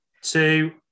two